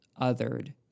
othered